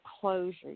closure